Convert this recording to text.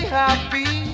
happy